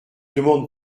demande